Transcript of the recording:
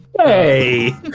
Hey